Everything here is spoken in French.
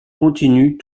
continue